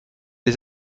les